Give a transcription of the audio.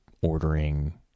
ordering